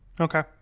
Okay